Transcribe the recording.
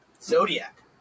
Zodiac